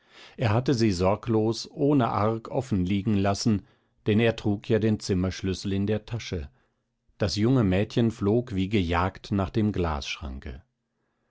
er hatte sie sorglos ohne arg offen liegen lassen denn er trug ja den zimmerschlüssel in der tasche das junge mädchen flog wie gejagt nach dem glasschranke